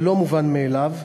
זה לא מובן מאליו.